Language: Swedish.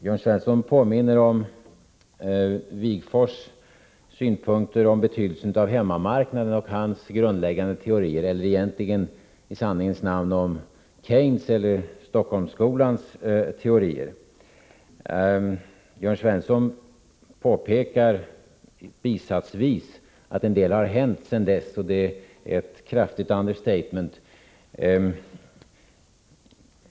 Jörn Svensson påminner om Wigforss synpunkter på betydelsen av hemmamarknaden liksom om dennes — eller i sanningens namn om Keynes eller om Stockholmsskolans — grundläggande teorier. Jörn Svensson påpekar bisatsvis att en del har hänt sedan dessa teorier framfördes, och det är ett kraftigt understatement.